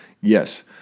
yes